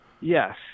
Yes